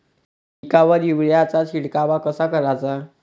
पिकावर युरीया चा शिडकाव कसा कराचा?